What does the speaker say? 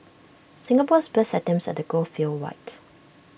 Singapore's best attempts at the goal fell wide